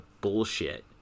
bullshit